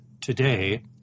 today